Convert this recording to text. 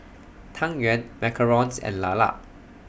Tang Yuen Macarons and Lala